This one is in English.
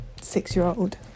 six-year-old